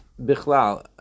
bichlal